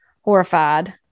horrified